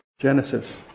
Genesis